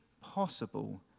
possible